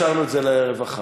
אישרנו את זה לרווחה.